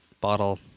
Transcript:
bottle